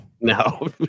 No